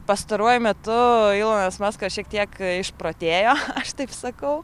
pastaruoju metu ylonas maskas šiek tiek išprotėjo aš taip sakau